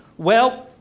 well,